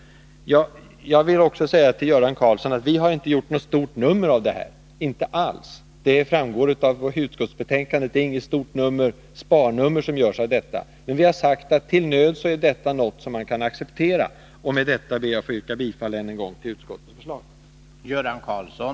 Av betänkandet framgår, Göran Karlsson, att vi inte har gjort något stort sparnummer av detta. Vi har sagt att detta är något som vi till nöds kan acceptera. Med detta ber jag än en gång att få yrka bifall till utskottets hemställan.